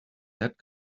that